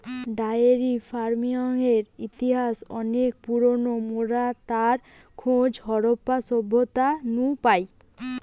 diary ফার্মিংয়ের ইতিহাস অনেক পুরোনো, মোরা তার খোঁজ হারাপ্পা সভ্যতা নু পাই